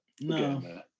no